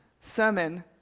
sermon